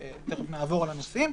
תיכף נעבור על הנושאים